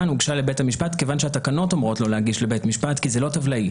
הוגשה לבית המשפט כיוון שהתקנות אומרות לו להגיש לבית משפט כי זה לא טבלאי.